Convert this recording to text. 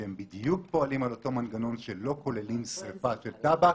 שהם בדיוק פועלים על אותו מנגנון שלא כוללים שריפה של טבק